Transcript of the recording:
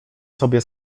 sobie